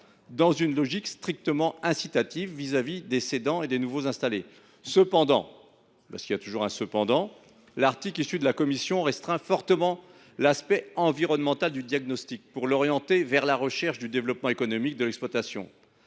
dans une logique strictement incitative vis à vis des cédants et des nouveaux installés. Cependant, la rédaction de la commission restreint fortement l’aspect environnemental du diagnostic pour l’orienter vers la recherche du développement économique de l’exploitation.